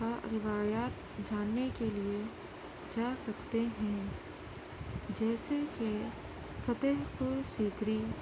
وہاں روایات جاننے کے لیے جا سکتے ہیں جیسے کہ فتح پور سیکری